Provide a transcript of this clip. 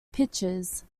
pitches